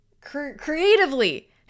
Creatively